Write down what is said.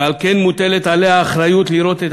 ועל כן מוטלת עליה האחריות לראות את